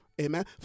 Amen